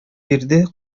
бирде